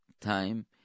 time